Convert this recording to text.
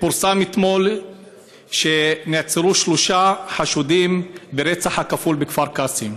אתמול פורסם שנעצרו שלושה חשודים ברצח הכפול בכפר קאסם,